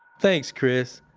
thanks, chris.